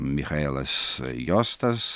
michaelas jostas